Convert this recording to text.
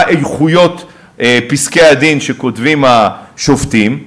איכויות פסקי-הדין שכותבים השופטים.